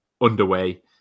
underway